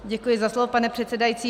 Děkuji za slovo, pane předsedající.